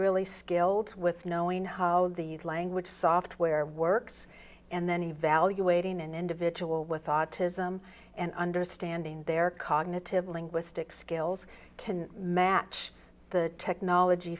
really skilled with knowing how the language software works and then evaluating an individual with autism and understanding their cognitive linguistic skills can match the technology